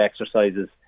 exercises